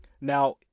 Now